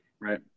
Right